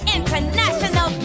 International